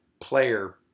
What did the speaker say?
player